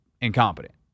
incompetent